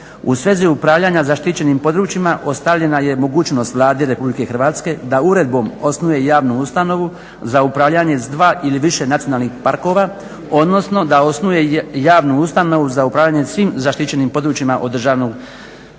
U svezi upravljanja zaštićenim područjima ostavljena je mogućnost Vladi RH da uredbom osnuje javnu ustanovu za upravljanje s dva ili više nacionalnih parkova odnosno da osnuje javnu ustanovu za upravljanje svim zaštićenim područjima od državnog značenja.